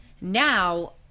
Now